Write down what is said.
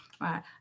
right